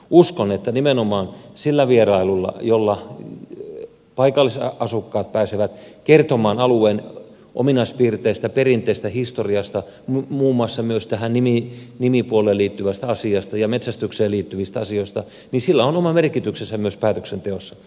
uskon että nimenomaan sillä vierailulla jolla paikallisasukkaat pääsevät kertomaan alueen ominaispiirteistä perinteistä historiasta muun muassa myös tähän nimipuoleen liittyvästä asiasta ja metsästykseen liittyvistä asioista on oma merkityksensä myös päätöksenteossa